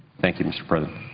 thank you, mr. president.